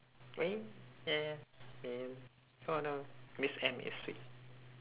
ya ya mean oh no miss M is sweet